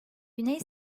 güney